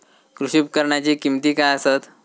कृषी उपकरणाची किमती काय आसत?